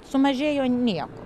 sumažėjo nieko